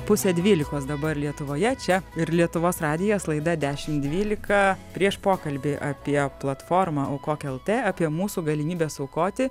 pusę dvylikos dabar lietuvoje čia ir lietuvos radijas laida dešimt dvylika prieš pokalbį apie platformą aukok lt apie mūsų galimybes aukoti